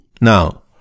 now